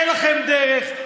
אין לכם דרך.